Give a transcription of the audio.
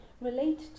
relate